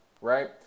right